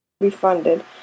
refunded